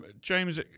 James